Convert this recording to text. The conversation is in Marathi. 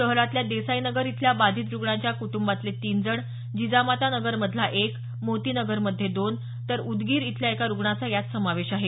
शहरातल्या देसाई नगर इथल्या बाधित रुग्णाच्या कुटुंबातले तीन जण जिजामाता नगर मधला एक मोती नगरमध्ये दोन तर उदगीत इथल्या एका रुग्णाचा यात समावेश आहे